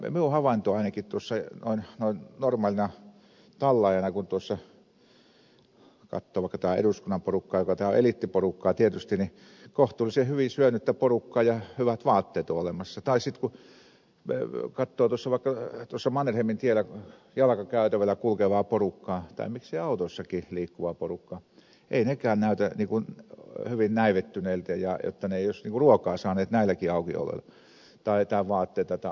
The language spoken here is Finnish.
nimittäin minun havaintoni ainakin on noin normaalina tallaajana kun tuossa katsoo vaikka tämän eduskunnan porukkaa joka on eliittiporukkaa tietysti niin on kohtuullisen hyvin syönyttä porukkaa ja hyvät vaatteet on olemassa tai sitten kun katsoo vaikka tuossa mannerheimintiellä jalkakäytävällä kulkevaa porukkaa tai miksei autoissakin liikkuvaa porukkaa eivät nekään näytä hyvin näivettyneiltä jotta ne eivät olisi ruokaa saaneet näilläkin aukioloilla tai vaatteita tai autoja